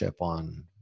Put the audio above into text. on